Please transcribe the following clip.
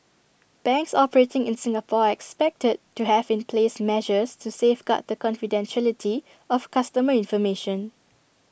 banks operating in Singapore are expected to have in place measures to safeguard the confidentiality of customer information